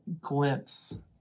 glimpse